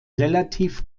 relativ